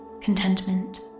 contentment